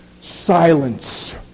silence